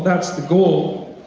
that's the goal,